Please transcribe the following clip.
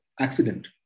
accident